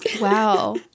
Wow